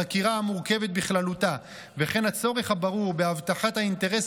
החקירה המורכבת בכללותה וכן הצורך הברור בהבטחת האינטרס